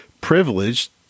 privileged